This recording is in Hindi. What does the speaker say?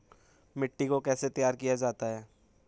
मिट्टी को कैसे तैयार किया जाता है?